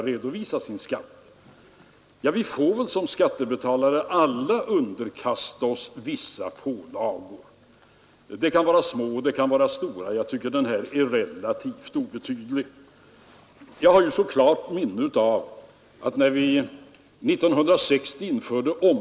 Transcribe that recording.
Ja, vi får väl alla såsom skattebetalare underkasta oss kan vara små. De kan vara stora. Jag tycker denna pålaga är relativt obetydlig. Jag har ett klart minne av att det, när vi 1960 införde ssa pålagor.